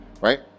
right